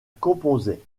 composaient